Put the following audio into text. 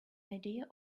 idea